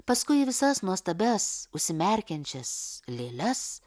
paskui į visas nuostabias užsimerkiančias lėles